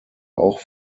auch